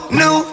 new